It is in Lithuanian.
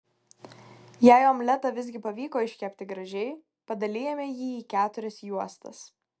jei omletą visgi pavyko iškepti gražiai padalijame jį į keturias juostas